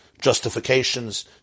justifications